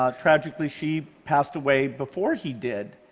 um tragically, she passed away before he did,